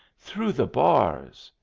through the bars!